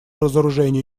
разоружению